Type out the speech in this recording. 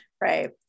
Right